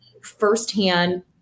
firsthand